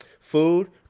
Food